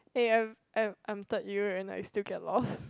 eh I'm I'm I'm third year and I still get lost